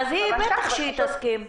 אז בטח שהיא תסכים.